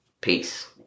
peace